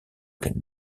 qu’elle